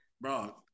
Bro